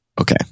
okay